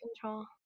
control